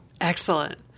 Excellent